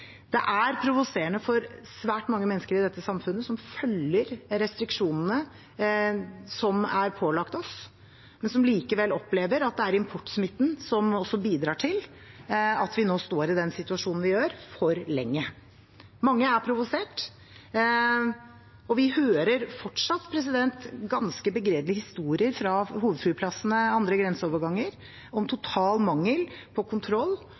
Det er provoserende for svært mange mennesker i dette samfunnet som følger restriksjonene som er pålagt oss, å oppleve av det er importsmitten som bidrar til at vi for lenge står i den situasjonen vi nå gjør. Mange er provosert, og vi hører fortsatt ganske begredelige historier fra hovedflyplassene og andre grenseoverganger om en total mangel på kontroll